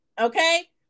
okay